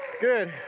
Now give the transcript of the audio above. Good